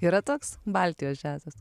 yra toks baltijos džiazas